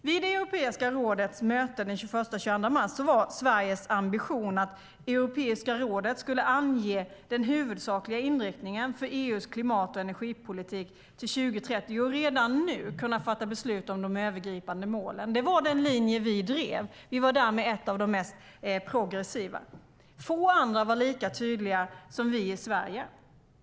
Vid Europeiska rådets möte den 21-22 mars var Sveriges ambition att Europeiska rådet skulle ange den huvudsakliga inriktningen för EU:s klimat och energipolitik till 2030 och redan nu fatta beslut om de övergripande målen. Det var den linje vi drev. Vi var därmed ett av de mest progressiva länderna. Få andra var lika tydliga som vi i Sverige.